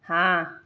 हाँ